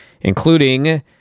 including